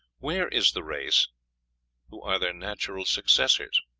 where is the race who are their natural successors,